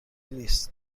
نیست